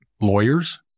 lawyers